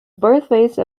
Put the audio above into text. birthplace